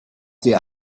der